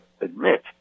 admit